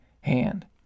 hand